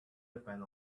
depend